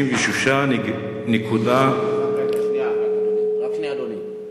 רק שנייה, אדוני.